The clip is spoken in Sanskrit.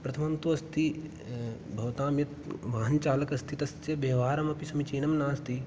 प्रथमन्तु अस्ति भवतां यत् वाहनचालकः अस्ति तस्य व्यवहारमपि समीचीनं नास्ति